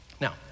Now